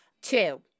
Two